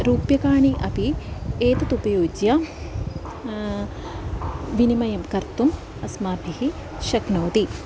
रूप्यकाणि अपि एतत् उपयुज्य विनिमयं कर्तुम् अस्माभिः शक्नोति